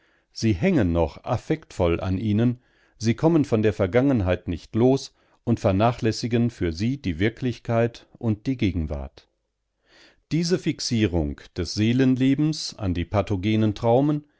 sie hängen noch affektvoll an ihnen sie kommen von der vergangenheit nicht los und vernachlässigen für sie die wirklichkeit und die gegenwart diese fixierung des seelenlebens an die pathogenen traumen